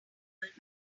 manner